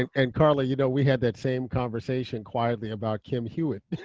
and and karla, you know we had that same conversation quietly about kim hewitt